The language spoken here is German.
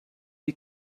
die